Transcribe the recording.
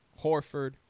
Horford